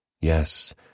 Yes